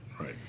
Right